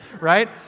right